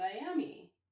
Miami